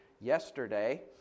yesterday